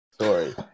Sorry